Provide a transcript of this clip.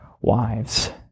wives